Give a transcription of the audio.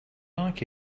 like